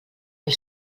mil